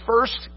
first